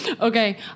Okay